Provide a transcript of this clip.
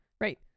right